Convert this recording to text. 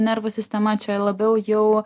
nervų sistema čia labiau jau